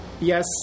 yes